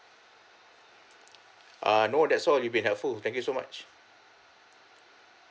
ah no that's all you been helpful thank you so much